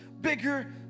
bigger